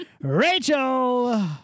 Rachel